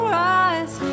rise